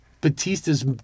Batista's